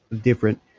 different